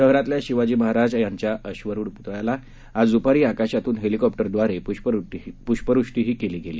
शहरातल्या शिवाजी महाराज यांच्या अश्वरूढ पुतळ्यावर आज दुपारी आकाशातून हेलीकॉप्टरव्दारे पुष्पवृष्टीही केली गेली